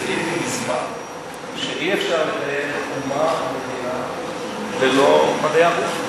זיהיתי מזמן שאי-אפשר לקיים אומה ומדינה בלא מדעי הרוח.